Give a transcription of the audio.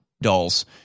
dolls